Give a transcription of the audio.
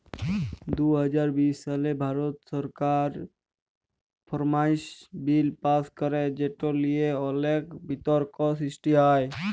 দু হাজার বিশ সালে ভারত সরকার ফার্মার্স বিল পাস্ ক্যরে যেট লিয়ে অলেক বিতর্ক সৃষ্টি হ্যয়